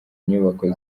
inyubako